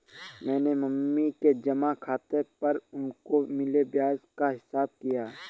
मैंने मम्मी के जमा खाता पर उनको मिले ब्याज का हिसाब किया